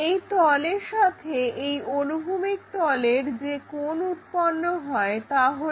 এই তলের সাথে এই অনুভূমিক তলের যে কোণ উৎপন্ন হয় তা হলো